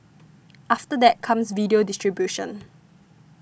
after that comes video distribution